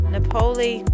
Napoli